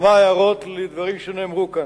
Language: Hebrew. כנסת נכבדה, כמה הערות לדברים שנאמרו כאן.